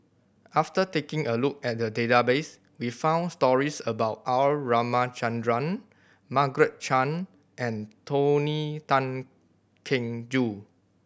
after taking a look at the database we found stories about R Ramachandran Margaret Chan and Tony Tan Keng Joo